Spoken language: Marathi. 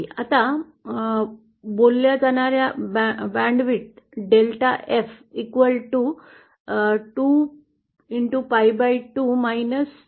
आता बोलल्या जाणाऱ्या बँडची रुंदी delta F 2 pi2 theta m आहे